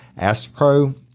AstroPro